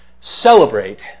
celebrate